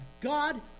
God